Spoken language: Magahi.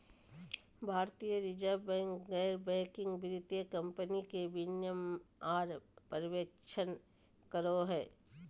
भारतीय रिजर्व बैंक गैर बैंकिंग वित्तीय कम्पनी के विनियमन आर पर्यवेक्षण करो हय